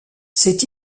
c’est